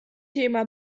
thema